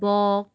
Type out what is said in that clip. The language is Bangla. বক